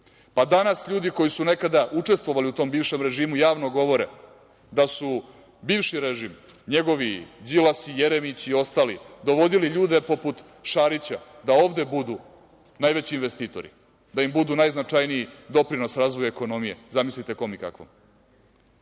Danas ljudi koji su učestovali nekada u tom bivšem režimu javno govore da su bivši režim, njegovi Đilasi, Jeremići i ostali, dovodili ljude poput Šarića da ovde budu najveći investitori, da im budu najznačajniji doprinos razvoju ekonomije, zamislite kom i kakvom. Danas